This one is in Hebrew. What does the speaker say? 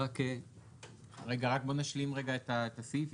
רק בואו נשלים רגע את הסעיף.